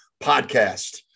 podcast